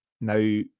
Now